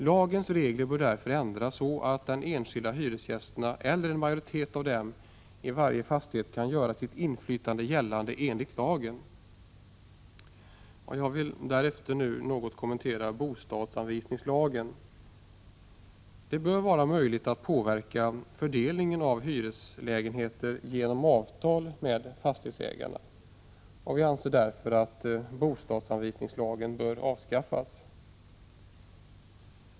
Lagens regler bör därför ändras så att de enskilda hyresgästerna eller en majoritet av dem i varje fastighet kan göra sitt inflytande gällande enligt lagen. Jag vill nu helt kort kommentera bostadsanvisningslagen. Det bör vara möjligt att påverka fördelningen av hyreslägenheter genom avtal med fastighetsägarna. Vi anser därför att bostadsanvisningslagen bör avskaffas.